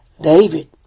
David